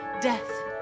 death